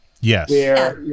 Yes